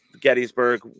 Gettysburg